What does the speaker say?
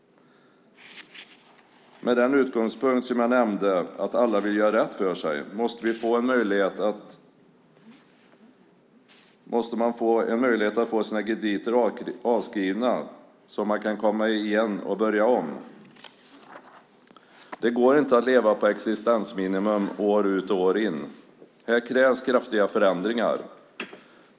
Med den utgångspunkt som jag nämnde, att alla vill göra rätt för sig, måste man få en möjlighet att få sina krediter avskrivna så att man kan komma igen och börja om. Det går inte att leva på existensminimum år ut och år in. Här krävs kraftiga förändringar.